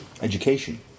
education